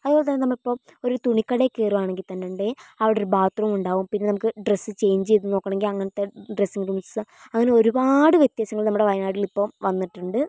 അതുപോലെതന്നെ നമ്മളിപ്പോൾ ഒരു തുണിക്കടയിൽ കയറുകയാണെങ്കിൽ തന്നെ ഉണ്ടെങ്കിൽ അവിടെയൊരു ബാത്ത് റൂം ഉണ്ടാവും പിന്നെ നമുക്ക് ഡ്രസ്സ് ചെയ്ഞ്ച് ചെയ്തു നോക്കണമെങ്കിൽ അങ്ങനത്തെ ഡ്രസ്സിങ്ങ് റൂംസ് അങ്ങനെ ഒരുപാട് വ്യത്യാസങ്ങൾ നമ്മുടെ വയനാട്ടിൽ ഇപ്പം വന്നിട്ടുണ്ട്